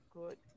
good